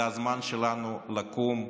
זה הזמן שלנו לקום,